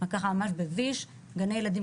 גני הילדים,